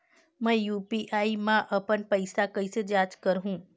मैं यू.पी.आई मा अपन पइसा कइसे जांच करहु?